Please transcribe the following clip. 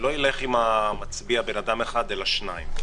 שלא ילך עם המצביע בן אדם אחד אלא שניים.